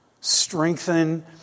Strengthen